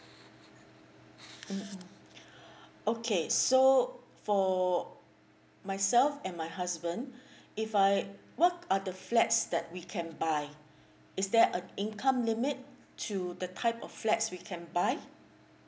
mm okay so for myself and my husband if I what are the flats that we can buy is there a income limit to the type of flats we can buy